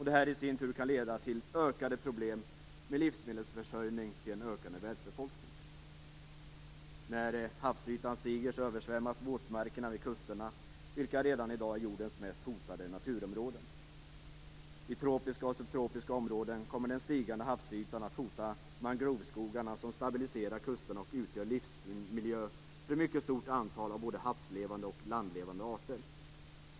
Det här kan i sin tur leda till ökade problem med livsmedelsförsörjningen till en allt större världsbefolkning. När havsytan stiger översvämmas våtmarkerna vid kusterna - redan i dag jordens mest hotade naturområden. I tropiska och subtropiska områden, kommer den stigande havsytan att hota mangroveskogarna, som stabiliserar kusterna och utgör livsmiljö för ett mycket stort antal av både havslevande och landlevande arter.